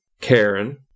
Karen